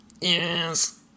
Yes